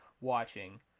watching